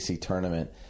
tournament –